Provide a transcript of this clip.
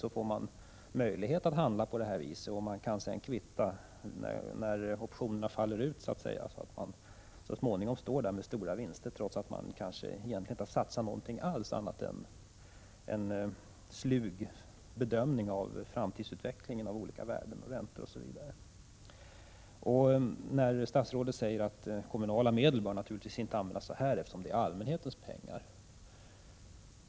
Då får man möjlighet att handla på det här viset och kan sedan, när optionerna så att säga faller ut, göra en kvittning så att man så småningom står där med stora vinster, trots att man kanske egentligen inte har satsat någonting alls annat än en slug bedömning av framtida utveckling av olika värden, räntor osv. Statsrådet säger att kommunala medel naturligtvis inte bör användas så här, eftersom det är allmänhetens pengar.